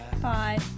Bye